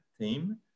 team